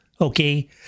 okay